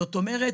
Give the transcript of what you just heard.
זאת אומרת,